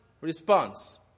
response